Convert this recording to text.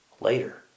later